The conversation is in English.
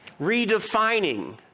redefining